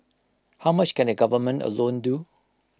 how much can the government alone do